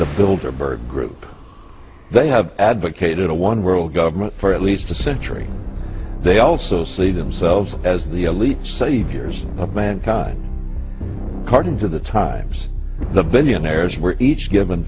the builder burge group they have advocated a one world government for at least a century they also see themselves as the elite saviors of mankind cartoons of the times the billionaires were each given